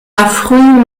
früh